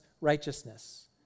righteousness